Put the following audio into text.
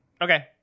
Okay